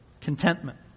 contentment